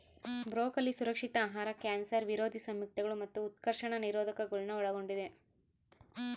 broccoli ಸುರಕ್ಷಿತ ಆಹಾರ cancer ವಿರೋಧಿ ಸಂಯುಕ್ತಗಳು ಮತ್ತು ಉತ್ಕರ್ಷಣ ನಿರೋಧಕಗುಳ್ನ ಒಳಗೊಂಡಿದ